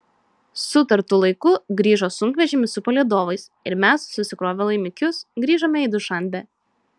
sutartu laiku grįžo sunkvežimis su palydovais ir mes susikrovę laimikius grįžome į dušanbę